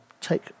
take